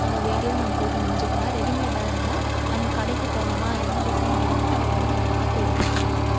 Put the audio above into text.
நம்ம வேண்டியது நம்ம போட்டு நம்ம நெஞ்சிக்கலாம் ரெடிமேடாக இருந்தால் நம்ம கடைக்கு போனோமா என்ன டிசைன் வேணுமோ அதை வந்து நம்ம பார்த்து எடுத்துக்கலாம்